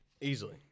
Easily